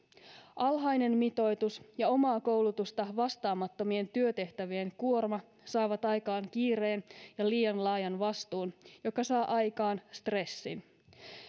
alhainen mitoitus ja omaa koulutusta vastaamattomien työtehtävien kuorma saavat aikaan kiireen ja liian laajan vastuun joka saa aikaan stressin